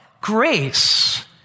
Grace